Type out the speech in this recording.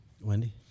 Wendy